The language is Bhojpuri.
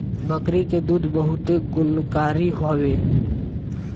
बकरी के दूध बहुते गुणकारी हवे